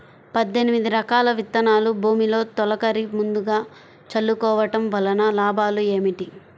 పద్దెనిమిది రకాల విత్తనాలు భూమిలో తొలకరి ముందుగా చల్లుకోవటం వలన లాభాలు ఏమిటి?